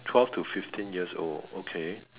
twelve to fifteen years old okay